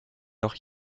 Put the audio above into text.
noch